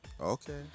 Okay